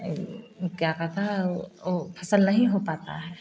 क्या कहता है वो फसल नहीं हो पाता है